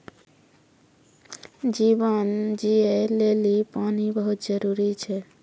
जीवन जियै लेलि पानी बहुत जरूरी होय छै?